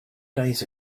days